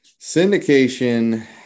Syndication